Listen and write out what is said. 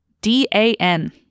D-A-N